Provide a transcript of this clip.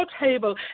table